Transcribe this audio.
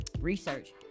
research